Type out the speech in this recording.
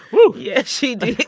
whew yeah, she did